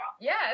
Yes